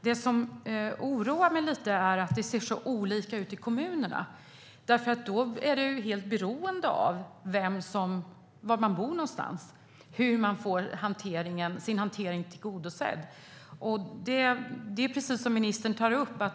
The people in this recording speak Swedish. Det som oroar mig lite är att det ser så olika ut i kommunerna och att det är helt beroende av var man bor någonstans hur man får sina behov tillgodosedda. Det är precis som ministern tar upp.